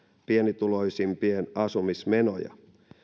pienituloisimpien asumismenoja